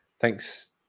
thanks